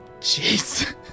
Jeez